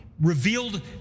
revealed